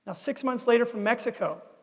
ah six months later, from mexico,